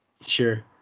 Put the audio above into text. Sure